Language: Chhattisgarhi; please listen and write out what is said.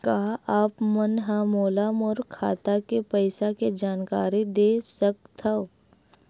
का आप मन ह मोला मोर खाता के पईसा के जानकारी दे सकथव?